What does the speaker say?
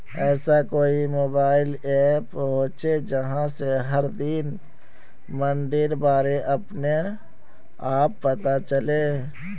ऐसा कोई mobile app होचे जहा से हर दिन मंडीर बारे अपने आप पता चले?